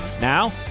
Now